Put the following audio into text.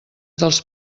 dels